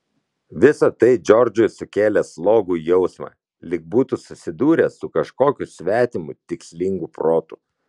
visa tai džordžui sukėlė slogų jausmą lyg būtų susidūręs su kažkokiu svetimu tikslingu protu